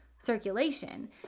Circulation